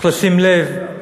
צריך לשים לב,